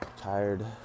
tired